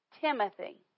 Timothy